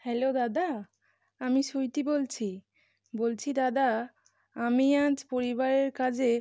hello দাদা আমি সুইটি বলছি বলছি দাদা আমি আজ পরিবারের কাজে